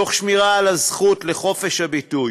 תוך שמירה על הזכות לחופש הביטוי,